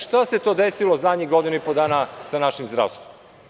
Šta se to desilo zadnjih godinu i po dana sa našim zdravstvom?